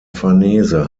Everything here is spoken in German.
farnese